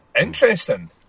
interesting